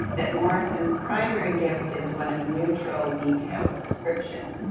that morrison's primary gift is one of neutral detailed description